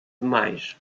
demais